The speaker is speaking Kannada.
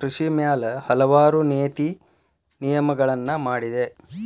ಕೃಷಿ ಮ್ಯಾಲ ಹಲವಾರು ನೇತಿ ನಿಯಮಗಳನ್ನಾ ಮಾಡಿದೆ